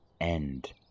end